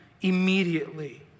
immediately